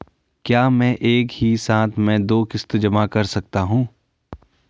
क्या मैं एक ही साथ में दो किश्त जमा कर सकता हूँ?